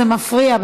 זה מפריע,